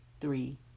three